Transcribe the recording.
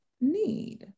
need